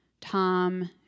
Tom